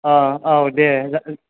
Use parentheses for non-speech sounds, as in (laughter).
औ दे (unintelligible)